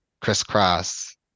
crisscross